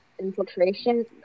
infiltration